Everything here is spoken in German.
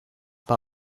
war